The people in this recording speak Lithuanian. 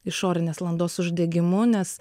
išorinės landos uždegimu nes